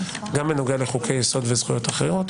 גם בנוגע לחוקי יסוד וזכויות אחרות,